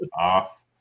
Off